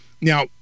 Now